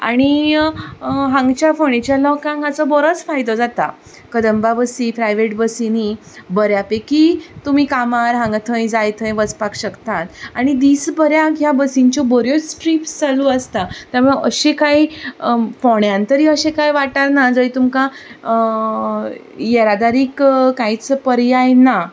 आणी हांगच्या फोंडेच्या लोकांक हाचो बरोच फायदो जाता कदंबा बसी प्रायव्हेट बसींनी बऱ्या पैका तुमी कामार हांगा थंय जाय थंय वचपाक शकता आनी दिसभर ह्या बसींच्यो बऱ्योच ट्रिप्स चालू आसता अशें कांय फोंड्यांत तरी अशें कांय वाठार ना जंय तुमकां येरादारीक कांयच पर्याय ना